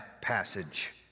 passage